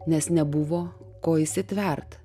nes nebuvo ko įsitvert